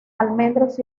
almendros